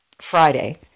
Friday